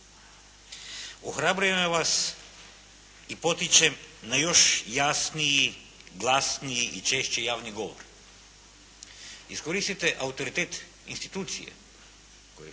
Ohrabrujem vas i potičem na još jasniji, glasniji i češći javni govor. Iskoristite autoritet institucije koju